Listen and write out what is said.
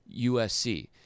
USC